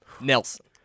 Nelson